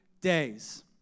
days